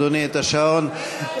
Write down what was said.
אני עוצר, אדוני, את השעון.